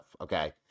okay